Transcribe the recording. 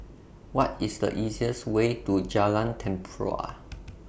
What IS The easiest Way to Jalan Tempua